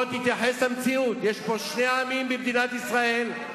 תתייחס למציאות, יש שני עמים במדינת ישראל.